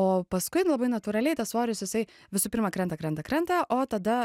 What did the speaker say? o paskui labai natūraliai tas svoris jisai visų pirma krenta krenta krenta o tada